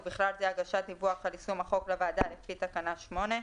ובכלל זה הגשת דיווח על יישום החוק לוועדה לפי תקנה 8,